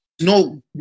no